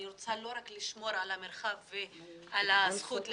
אני רוצה לא רק לשמור על הזכות להפגין,